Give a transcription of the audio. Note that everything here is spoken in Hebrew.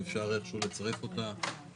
אם אפשר לצרף אותה.